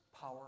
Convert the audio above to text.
power